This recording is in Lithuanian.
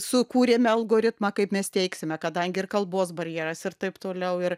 sukūrėme algoritmą kaip mes teiksime kadangi ir kalbos barjeras ir taip toliau ir